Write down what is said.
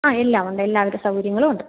ആ എല്ലാം ഉണ്ട് എല്ലാവിധ സൗകര്യങ്ങളും ഉണ്ട്